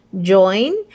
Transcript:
join